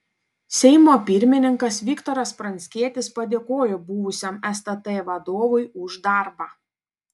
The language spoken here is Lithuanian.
seimo pirmininkas viktoras pranckietis padėkojo buvusiam stt vadovui už darbą